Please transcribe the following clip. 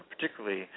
particularly